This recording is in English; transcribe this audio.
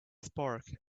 spark